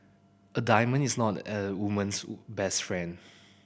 a diamond is not a woman's best friend